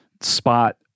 spot